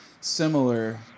similar